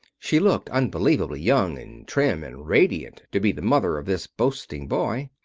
she looked unbelievably young, and trim, and radiant, to be the mother of this boasting boy.